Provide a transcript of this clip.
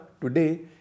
today